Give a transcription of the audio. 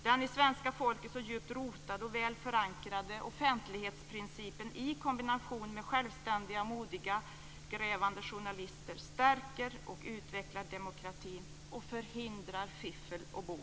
Den i svenska folket så djupt rotade och väl förankrade offentlighetsprincipen i kombination med självständiga och modiga grävande journalister stärker och utvecklar demokratin och förhindrar fiffel och båg.